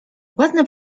ładne